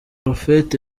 prophet